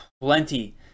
plenty